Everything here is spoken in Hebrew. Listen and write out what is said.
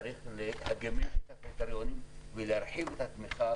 צריך להגמיש את הקריטריונים ולהרחיב את התמיכה